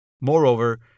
Moreover